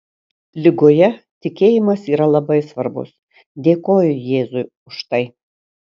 ligoje tikėjimas yra labai svarbus dėkoju jėzui už tai